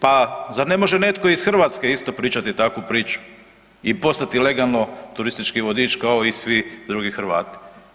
Pa zar ne može netko iz Hrvatske isto pričati takvu priču i postati legalno turistički vodič kao i svi drugi Hrvati?